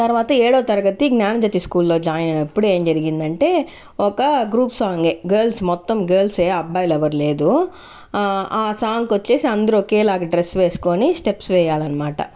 తర్వాత ఏడో తరగతి జ్ఞాన జ్యోతి స్కూల్లో జాయిన్ అయినప్పుడు ఏం జరిగింది అంటే ఒక గ్రూప్ సాంగే గర్ల్స్ మొత్తం గర్ల్సే అబ్బాయిలు ఎవరు లేరు ఆ సాంగ్ వచ్చేసి అందరూ ఒకేలాగ డ్రెస్ వేసుకొని స్టెప్స్ వెయ్యాలి అనమాట